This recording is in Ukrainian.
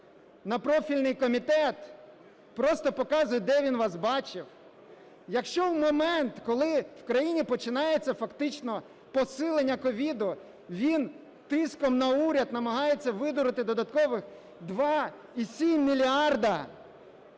на профільний комітет, просто показує, де він вас бачив, якщо в момент, коли в країні починається фактично посилення COVID, він тиском на уряд намагається видурити додаткових 2,7 мільярда